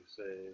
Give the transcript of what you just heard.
say